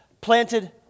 planted